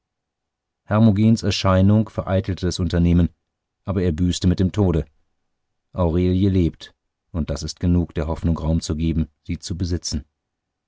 hermogens erscheinung vereitelte das unternehmen aber er büßte mit dem tode aurelie lebt und das ist genug der hoffnung raum zu geben sie zu besitzen